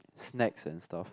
snacks and stuff